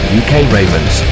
ukravens